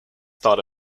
thought